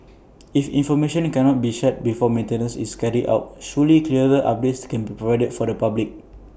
if information cannot be shared before maintenance is carried out surely clearer updates can be provided for the public